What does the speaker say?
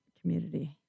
community